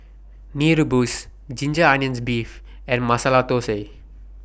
Mee Rebus Ginger Onions Beef and Masala Thosai